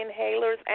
inhalers